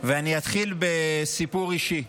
אני אתחיל בסיפור אישי.